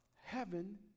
heaven